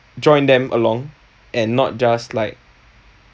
join them along and not just like